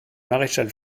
maréchal